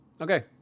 okay